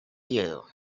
you